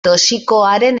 toxikoaren